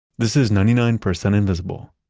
this is ninety nine percent invisible.